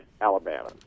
Alabama